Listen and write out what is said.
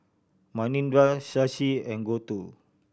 Manindra Shashi and Gouthu